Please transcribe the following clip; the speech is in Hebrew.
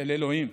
אל אלוהים.